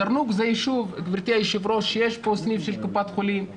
בזרנוג יש סניף של קופת חולים,